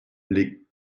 lès